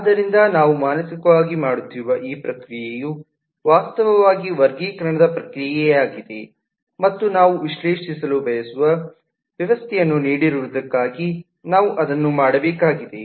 ಆದ್ದರಿಂದ ನಾವು ಮಾನಸಿಕವಾಗಿ ಮಾಡುತ್ತಿರುವ ಈ ಪ್ರಕ್ರಿಯೆಯು ವಾಸ್ತವವಾಗಿ ವರ್ಗೀಕರಣದ ಪ್ರಕ್ರಿಯೆಯಾಗಿದೆ ಮತ್ತು ನಾವು ವಿಶ್ಲೇಷಿಸಲು ಬಯಸುವ ವ್ಯವಸ್ಥೆಯನ್ನು ನೀಡಿರುವುದಕ್ಕಾಗಿ ನಾವು ಇದನ್ನು ಮಾಡಬೇಕಾಗಿದೆ